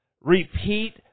Repeat